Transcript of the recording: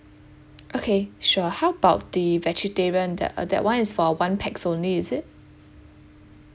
okay sure how about the vegetarian the that [one] is for one pax only is it